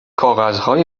کاغذهای